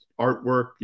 artwork